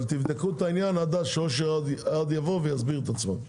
תבדקו את העניין שאושר עד יבוא ויסביר עצמו.